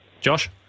Josh